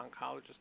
oncologist